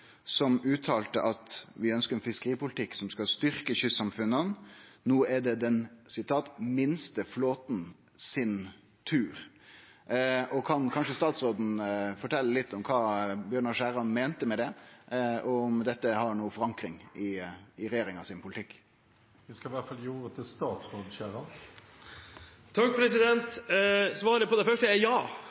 som uttalte at dei ønskte ein fiskeripolitikk som skulle styrkje fiskerisamfunna. No skulle det vere den minste flåten sin tur. Kan statsråden fortelje litt om kva Bjørnar Skjæran meinte med det, og om det har forankring i politikken til regjeringa? Svaret på det første spørsmålet er ja. Lønnsomheten i den minste flåten fortjener særskilt oppmerksomhet. Det vil den få fra denne regjeringen. Vi er